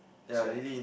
swipe